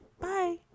Bye